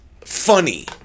funny